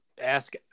ask